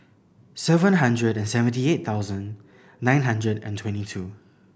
seven hundred and seventy eight thousand nine hundred and twenty two